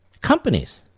companies